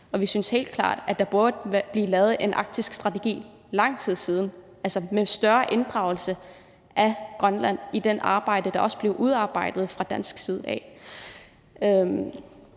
klart, at der burde være blevet lavet en arktisk strategi for lang tid siden, altså med større inddragelse af Grønland i det arbejde, der blev lavet fra dansk side.